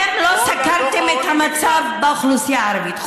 אתם לא סקרתם את המצב באוכלוסייה הערבית.